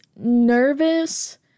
nervous